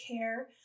care